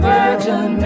Virgin